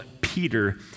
Peter